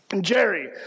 Jerry